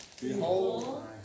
Behold